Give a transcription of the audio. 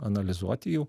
analizuoti jų